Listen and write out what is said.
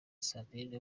sandrine